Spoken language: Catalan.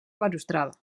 balustrada